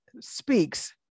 speaks